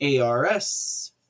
ARS